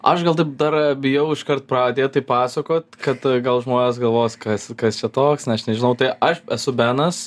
aš gal taip dar bijau iškart pradėti pasakot kad gal žmonės galvos kas kas čia toks na aš nežinau tai aš esu benas